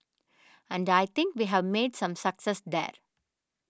and I think we have made some success there